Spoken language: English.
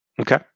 Okay